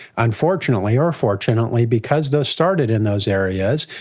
unfortunately or or fortunately because those started in those areas,